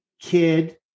kid